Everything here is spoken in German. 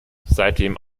seitdem